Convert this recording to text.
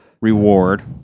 reward